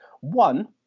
One